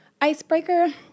icebreaker